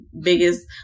biggest